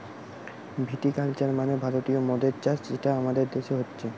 ভিটি culture মানে ভারতীয় মদের চাষ যেটা আমাদের দেশে হচ্ছে